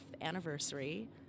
anniversary